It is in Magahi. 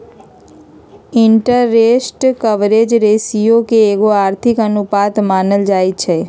इंटरेस्ट कवरेज रेशियो के एगो आर्थिक अनुपात मानल जाइ छइ